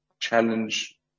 challenge